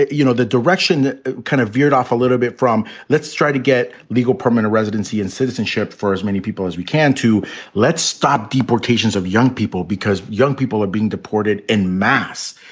you know, the direction that kind of veered off a little bit from let's try to get legal permanent residency and citizenship for as many people as we can to let's stop deportations of young people because young people are being deported in mass.